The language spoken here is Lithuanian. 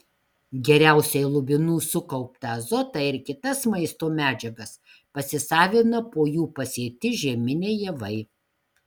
geriausiai lubinų sukauptą azotą ir kitas maisto medžiagas pasisavina po jų pasėti žieminiai javai